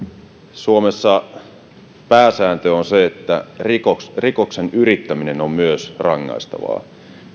suomessa pääsääntö on se että rikoksen rikoksen yrittäminen on myös rangaistavaa